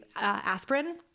aspirin